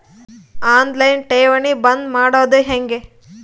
On line ಠೇವಣಿ ಬಂದ್ ಮಾಡೋದು ಹೆಂಗೆ?